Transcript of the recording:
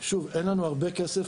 אין לנו הרבה כסף,